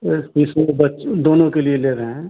especially बच्चों दोनों के लिए ले रहे हैं